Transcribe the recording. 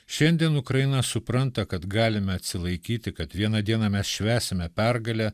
šiandien ukraina supranta kad galime atsilaikyti kad vieną dieną mes švęsime pergalę